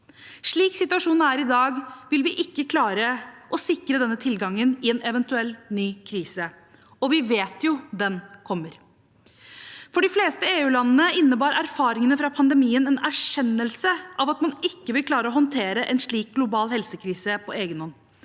Slik situasjonen er i dag, vil vi ikke klare å sikre denne tilgangen i en eventuell ny krise – og vi vet at den kommer. For de fleste EU-landene innebar erfaringene fra pandemien en erkjennelse av at man ikke vil klare å håndtere en slik global helsekrise på egen hånd.